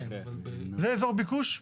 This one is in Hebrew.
זה אזור ביקוש?